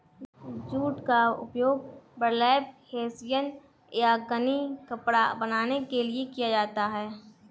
jute का उपयोग burlap hessian या गनी कपड़ा बनाने के लिए किया जाता है